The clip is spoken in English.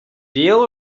deal